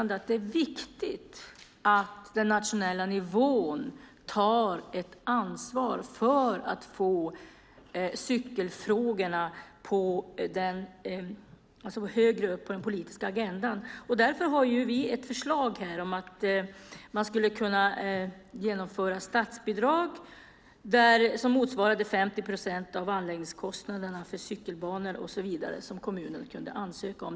Det är viktigt att den nationella nivån tar ett ansvar för att få cykelfrågorna högre upp på den politiska agendan. Därför har vi ett förslag om att man skulle kunna införa ett statsbidrag motsvarande 50 procent av anläggningskostnaderna för cykelbanor som kommunerna kunde ansöka om.